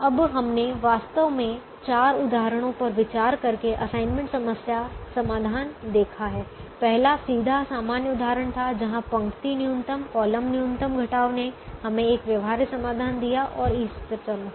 अब हमने वास्तव में चार उदाहरणों पर विचार करके असाइनमेंट समस्या समाधान देखा है पहला सीधा सामान्य उदाहरण था जहां पंक्ति न्यूनतम कॉलम न्यूनतम घटाव ने हमें एक व्यवहार्य समाधान दिया और इष्टतम था